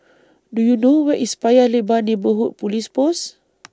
Do YOU know Where IS Paya Lebar Neighbourhood Police Post